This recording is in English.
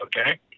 okay